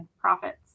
profits